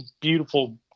beautiful